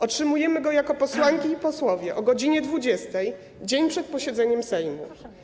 Otrzymujemy go jako posłanki i posłowie o godz. 20 dzień przed posiedzeniem Sejmu.